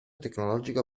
tecnologico